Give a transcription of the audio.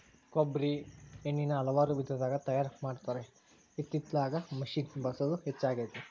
ಕೊಬ್ಬ್ರಿ ಎಣ್ಣಿನಾ ಹಲವಾರು ವಿಧದಾಗ ತಯಾರಾ ಮಾಡತಾರ ಇತ್ತಿತ್ತಲಾಗ ಮಿಷಿನ್ ಬಳಸುದ ಹೆಚ್ಚಾಗೆತಿ